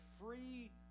free